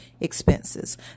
expenses